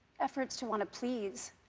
efforts to want to please